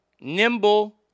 nimble